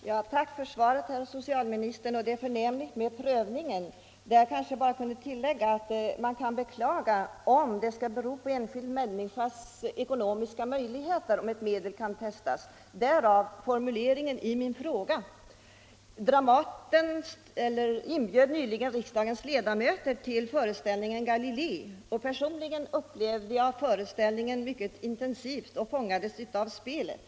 Herr talman! Tack för dessa upplysningar, herr socialminister. Det är förnämligt med denna prövning. Jag vill bara tillägga att det är beklagligt att det skall bero på enskild människas ekonomiska möjligheter om ett medel kan testas; därav formuleringen i min fråga. Dramaten inbjöd nyligen riksdagens ledamöter till föreställningen Ga — Nr 31 lilei, och personligen upplevde jag denna mycket intensivt och fångades Torsdagen den av spelet.